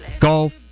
Golf